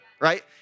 right